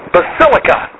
Basilica